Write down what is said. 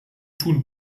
tun